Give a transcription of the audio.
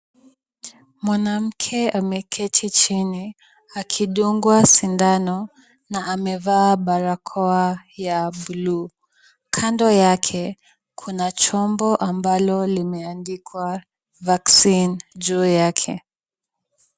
Mwanamke ameketi chini akidungwa sindano na amevaa barakoa ya buluu. Kando yake kuna chombo amalo limeandikwa Vaccine juu yake.